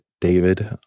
David